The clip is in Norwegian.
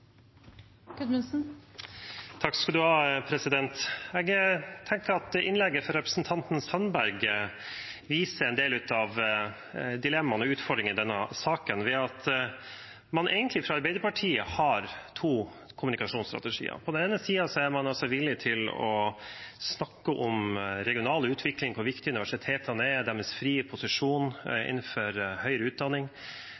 Jeg tenker at innlegget fra representanten Sandberg viser en del av dilemmaene og utfordringene i denne saken, ved at man fra Arbeiderpartiets side egentlig har to kommunikasjonsstrategier. På den ene siden er man altså villig til å snakke om regional utvikling, hvor viktig universitetene er, deres frie posisjon